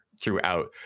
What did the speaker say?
throughout